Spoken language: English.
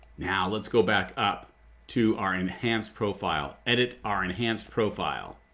now let's go back up to our enhanced profile, edit our enhanced profile.